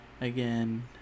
again